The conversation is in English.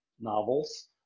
novels